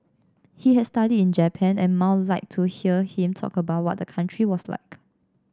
he had studied in Japan and Mao liked to hear him talk about what the country was like